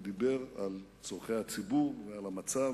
ודיבר על צורכי הציבור ועל המצב,